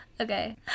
Okay